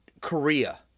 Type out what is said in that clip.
Korea